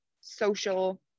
social